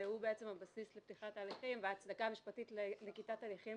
והוא בעצם הבסיס לפתיחת ההליכים וההצדקה המשפטית לנקיטת הליכים